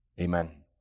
Amen